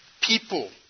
people